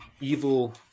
evil